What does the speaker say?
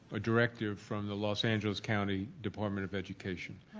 a directive from the los angeles county department of education.